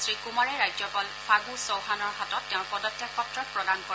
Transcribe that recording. শ্ৰীকুমাৰে ৰাজ্যপাল ফাণ্ড চৌহানৰ হাতত তেওঁৰ পদত্যাগ পত্ৰ প্ৰদান কৰে